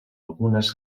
algunes